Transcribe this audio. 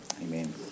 Amen